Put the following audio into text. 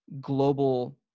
global